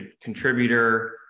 contributor